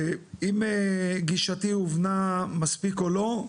אם גישתי הובנה מספיק או לא,